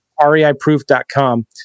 reiproof.com